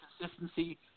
consistency